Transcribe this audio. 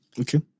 okay